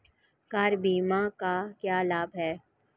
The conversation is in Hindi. कार बीमा का क्या लाभ है?